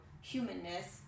humanness